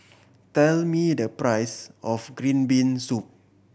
tell me the price of green bean soup